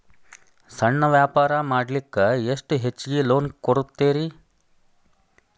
ಸಣ್ಣ ವ್ಯಾಪಾರ ಮಾಡ್ಲಿಕ್ಕೆ ಎಷ್ಟು ಹೆಚ್ಚಿಗಿ ಲೋನ್ ಕೊಡುತ್ತೇರಿ?